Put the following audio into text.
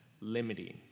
limiting